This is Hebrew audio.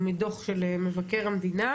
הוא מדו"ח של מבקר המדינה,